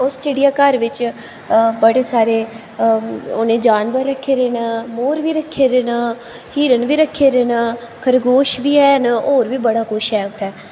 उस चिड़िया घर बिच्च बड़े सारे उ'नें जानवर रक्खे दे न मोर बी रक्खे दे न हिरन बी रक्खे दे न खरगोश बी हैन होर बी बड़ा कुछ ऐ